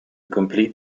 complete